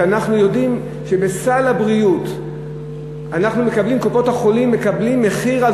שאנחנו יודעים שבסל הבריאות קופות-החולים מקבלות על